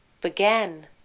began